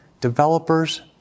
developers